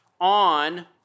on